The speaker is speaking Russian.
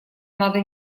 надо